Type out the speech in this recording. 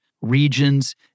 regions